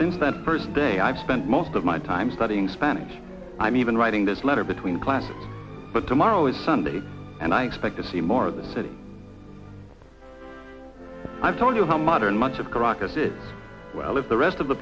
since that first day i've spent most of my time studying spanish i'm even writing this letter between classes but tomorrow is sunday and i expect to see more of the city i told you how modern much of caracas is well if the rest of the